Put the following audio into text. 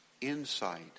insight